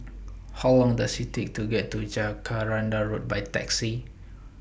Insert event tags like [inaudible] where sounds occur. [noise] How Long Does IT Take to get to Jacaranda Road By Taxi